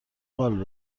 قال